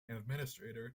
administrator